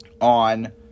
on